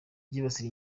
byibasira